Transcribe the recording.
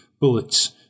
bullets